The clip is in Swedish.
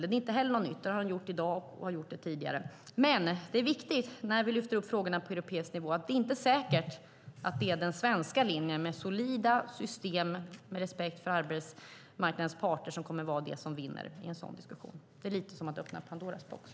Det är inte heller något nytt. Det har gjorts i dag och det har gjorts tidigare. Men det är viktigt när vi lyfter upp frågorna på europeisk nivå att veta att det inte är säkert att det är den svenska linjen med respekt för arbetsmarknadens parter som vinner i en sådan diskussion. Det är lite som att öppna Pandoras ask.